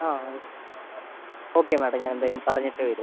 അ okay okay madam ഞാനെന്തായാലും പറഞ്ഞിട്ടേ വരു